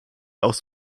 aus